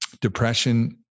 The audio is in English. Depression